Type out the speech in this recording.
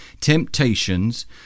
temptations